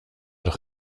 noch